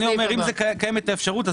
אני אומר שאם קיימת אפשרות,